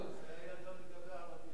כך היה גם לגבי הערבים.